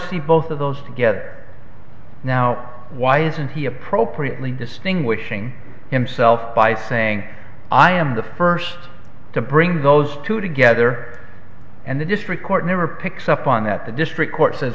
see both of those together now why isn't he appropriately distinguishing himself by saying i am the first to bring those two together and the district court never picks up on that the district court says